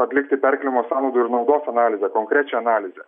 atlikti perkėlimo sąnaudų ir naudos analizę konkrečią analizę